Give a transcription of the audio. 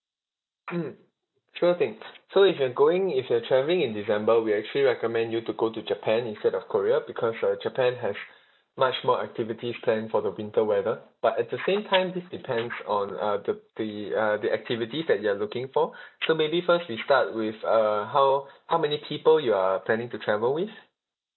mm sure thing so if you're going if you're travelling in december we actually recommend you to go to japan instead of korea because uh japan have much more activities planned for the winter weather but at the same time this depends on uh the be uh the activities that you are looking for so maybe first we start with uh how how many people you are planning to travel with